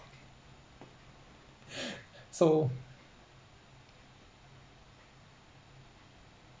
so